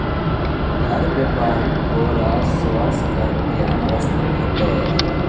हर व्यापारी को राजस्व का ज्ञान अवश्य होतई